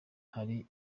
hari